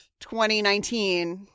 2019